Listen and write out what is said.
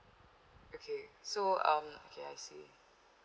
okay so um okay I see